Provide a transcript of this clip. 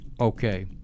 Okay